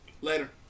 Later